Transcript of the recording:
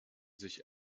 sich